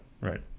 right